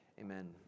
amen